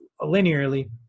linearly